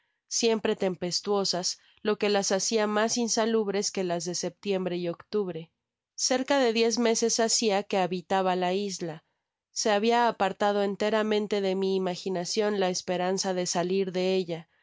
siempre tempestuosas lo que las hacia mas insalubres que las de setiembre y octubre vt f cerca de diez meses hacia que habitaba la isla se habia apartado enteramente de mi imaginacion la esperanza de salir de ella